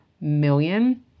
million